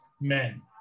men